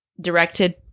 directed